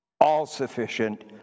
all-sufficient